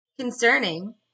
concerning